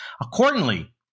Accordingly